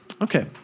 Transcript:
Okay